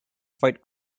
fight